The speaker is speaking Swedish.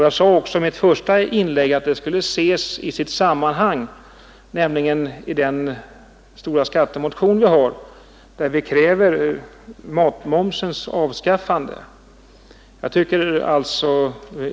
Jag sade också i mitt första inlägg att den frågan skall ses i sitt sammanhang,” dvs. i samband med vår stora skattemotion, där vi kräver avskaffande av momsen på mat.